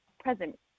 Present